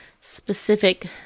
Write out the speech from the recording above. specific